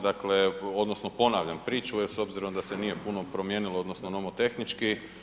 Dakle odnosno ponavljam priču s obzirom da se nije puno promijenilo odnosno nomotehnički.